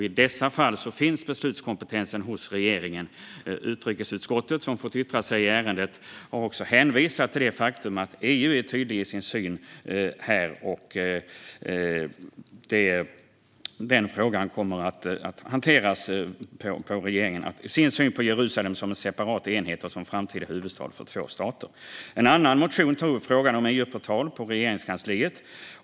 I dessa fall finns beslutskompetensen hos regeringen. Utrikesutskottet, som fått yttra sig i ärendet, hänvisar till det faktum att EU är tydligt i sin syn och att regeringen kommer att hantera frågan och ge sin syn på Jerusalem som en separat enhet och som framtida huvudstad för två stater. En annan motion tar upp frågan om en EU-portal på Regeringskansliet.